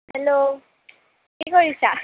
hello কি কৰিছা